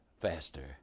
faster